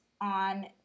on